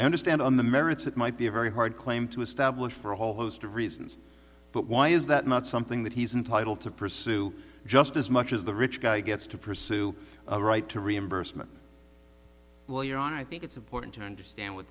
i understand on the merits it might be a very hard claim to establish for a whole host of reasons but why is that not something that he's entitle to pursue just as much as the rich guy gets to pursue a right to reimbursement well your honor i think it's important to understand what